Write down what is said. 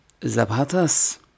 Zapatas